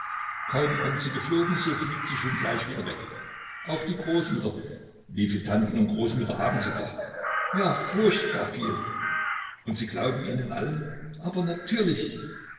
kaum kommt sie geflogen so fliegt sie schon gleich wieder weg auch die großmutter wieviel tanten und großmütter haben sie doch ja furchtbar viel und sie glauben ihnen allen aber natürlich